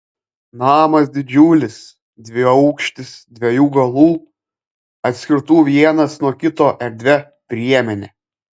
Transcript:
namas didžiulis dviaukštis dviejų galų atskirtų vienas nuo kito erdvia priemene